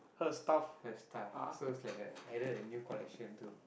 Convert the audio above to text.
her stuff so he's like added a new collection to